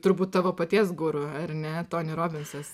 turbūt tavo paties guru ar ne toni robinsas